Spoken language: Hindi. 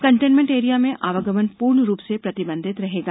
कंटेनमेंट एरिया में आवागमन पूर्ण रूप से प्रतिबंधित रहेगा